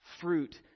fruit